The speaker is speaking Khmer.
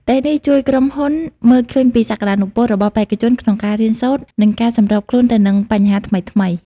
តេស្តនេះជួយក្រុមហ៊ុនមើលឃើញពីសក្តានុពលរបស់បេក្ខជនក្នុងការរៀនសូត្រ និងការសម្របខ្លួនទៅនឹងបញ្ហាថ្មីៗ។